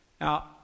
Now